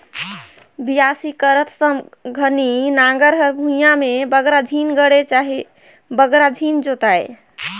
बियासी करत घनी नांगर हर भुईया मे बगरा झिन गड़े चहे बगरा झिन जोताए